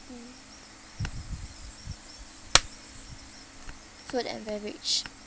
mm food and beverage